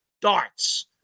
darts